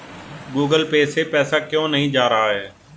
Google Pay से पैसा क्यों नहीं जा रहा है?